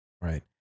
right